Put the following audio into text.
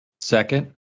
Second